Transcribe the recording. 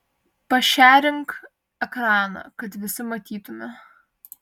pašėrink ekraną kad visi matytume